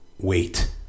wait